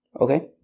Okay